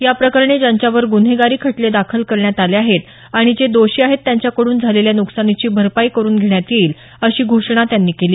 या प्रकरणी ज्यांच्यावर गुन्हेगारी खटले दाखल करण्यात आले आहेत आणि जे दोषी आहेत त्यांच्या कडून झालेल्या नुकसानीची भरपाई करून घेण्यात येईल अशी घोषणा त्यांनी केली